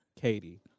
Katie